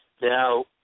Now